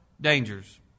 dangers